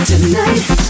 Tonight